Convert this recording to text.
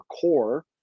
core